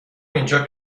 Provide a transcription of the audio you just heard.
اینجا